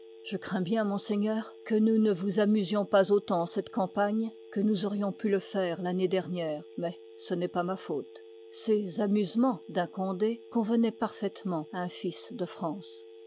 je crains bien monseigneur que nous ne vous amusions pas autant cette campagne que nous aurions pu le faire l'année dernière mais ce n'est pas ma faute ces amusemens d'un condé convenoient parfaitement h un fils de france